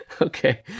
Okay